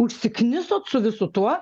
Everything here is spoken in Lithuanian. užsiknisot su visu tuo